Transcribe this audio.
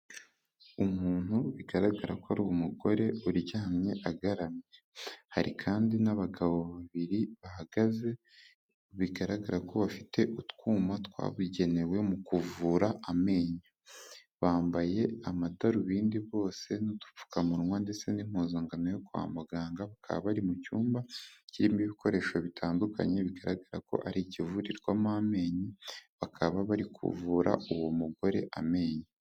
Umuntu bigaragara ko ari umugore uryamye agaramye, hari kandi n'abagabo babiri bahagaze bigaragara ko bafite utwuma twabugenewe mu kuvura amenyo. Bambaye amadarubindi bose n'udupfukamunwa ndetse n'impuzangano yo kwa muganga, bakaba bari mu cyumba, kirimo ibikoresho bitandukanye, bigaragara ko ari ikivurirwamo amenyo, bakaba bari kuvura uwo mugore amenyo.